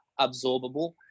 absorbable